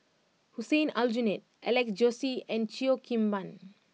Hussein Aljunied Alex Josey and Cheo Kim Ban